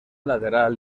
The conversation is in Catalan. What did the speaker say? lateral